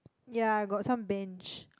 ya got some bench